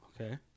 Okay